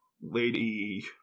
lady